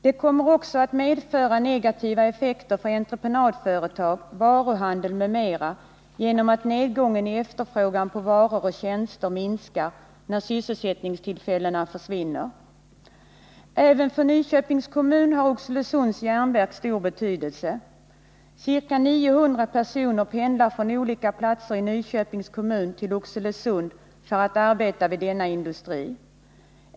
Det kommer också att medföra negativa effekter för entreprenadföretag, varuhandel m.m. genom att nedgången i efterfrågan på varor och tjänster minskar när sysselsättningstillfällen försvinner. Även för Nyköpings kommun har Oxelösunds Järnverk stor betydelse. Ca 900 personer pendlar från olika platser i Nyköpings kommun till Oxelösund för att arbeta vid denna industri.